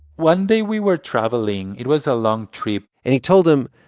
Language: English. one day, we were traveling it was a long trip and he told him,